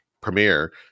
Premiere